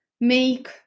make